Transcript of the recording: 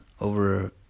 over